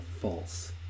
false